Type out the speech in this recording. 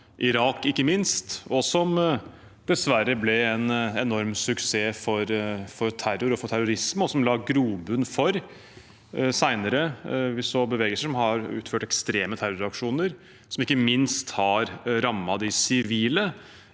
og ikke minst i Irak, og som dessverre ble en enorm suksess for terror og terrorisme. Den la grobunn for senere bevegelser som har utført ekstreme terroraksjoner, som ikke minst har rammet de sivile